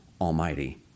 Almighty